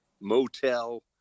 motel